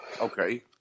Okay